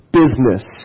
business